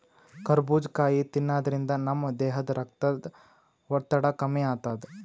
ಕರಬೂಜ್ ಕಾಯಿ ತಿನ್ನಾದ್ರಿನ್ದ ನಮ್ ದೇಹದ್ದ್ ರಕ್ತದ್ ಒತ್ತಡ ಕಮ್ಮಿ ಆತದ್